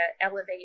elevate